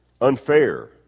unfair